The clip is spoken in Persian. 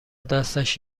دستش